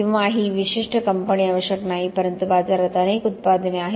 किंवा ही विशिष्ट कंपनी आवश्यक नाही परंतु बाजारात अनेक उत्पादने आहेत